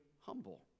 humble